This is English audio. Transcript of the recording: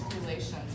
relations